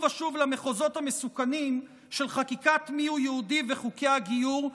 ושוב למחוזות המסוכנים של חקיקת מיהו יהודי וחוקי הגיור.